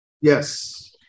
Yes